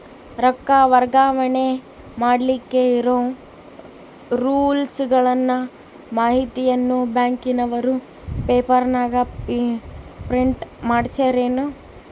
ರೊಕ್ಕ ವರ್ಗಾವಣೆ ಮಾಡಿಲಿಕ್ಕೆ ಇರೋ ರೂಲ್ಸುಗಳ ಮಾಹಿತಿಯನ್ನ ಬ್ಯಾಂಕಿನವರು ಪೇಪರನಾಗ ಪ್ರಿಂಟ್ ಮಾಡಿಸ್ಯಾರೇನು?